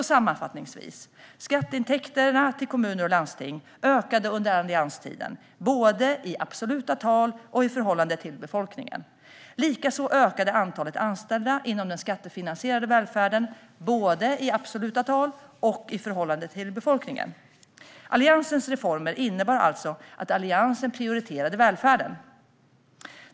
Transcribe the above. Sammanfattningsvis ökade alltså skatteintäkterna i kommuner och landsting under allianstiden, både i absoluta tal och i förhållande till befolkningen. Likaså ökade antalet anställda inom den skattefinansierade välfärden, både i absoluta tal och i förhållande till befolkningen. Alliansens reformer innebar alltså att Alliansen prioriterade välfärden.